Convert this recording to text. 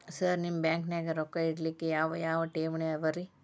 Sir ನಿಮ್ಮ ಬ್ಯಾಂಕನಾಗ ರೊಕ್ಕ ಇಡಲಿಕ್ಕೆ ಯಾವ್ ಯಾವ್ ಠೇವಣಿ ಅವ ರಿ?